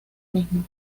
mismo